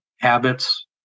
habits